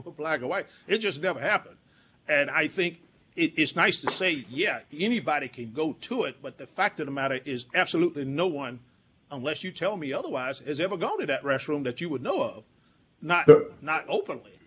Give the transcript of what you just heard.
were black or white it just never happened and i think it's nice to say yeah anybody can go to it but the fact of the matter is absolutely no one unless you tell me otherwise is ever going to that restroom that you would know of not not open